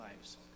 lives